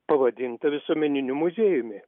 pavadinta visuomeniniu muziejumi